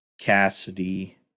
Cassidy